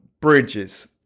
bridges